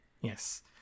Yes